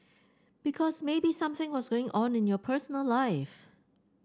because maybe something was going on in your personal life